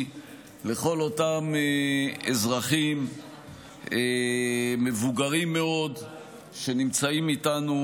לכל אותם אזרחים מבוגרים מאוד שנמצאים איתנו,